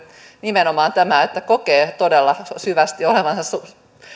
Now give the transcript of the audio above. nimenomaan tämä että kokee todella syvästi olevansa